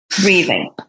Breathing